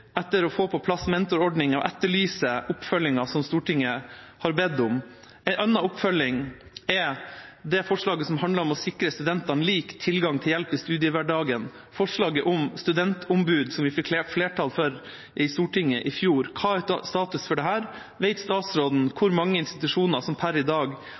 etter å få på plass mentorordning, og etterlyser oppfølgingen som Stortinget har bedt om. En annen oppfølging er det forslaget som handler om å sikre studentene lik tilgang til hjelp i studiehverdagen, forslaget om studentombud, som vi fikk flertall for i Stortinget i fjor. Hva er status for det? Vet statsråden hvor mange institusjoner som per i dag